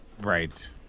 Right